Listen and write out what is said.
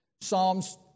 Psalms